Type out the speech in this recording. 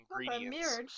ingredients